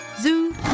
Zoo